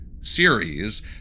series